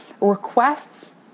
Requests